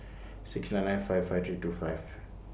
six nine nine five five three two five